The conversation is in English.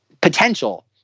potential